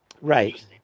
Right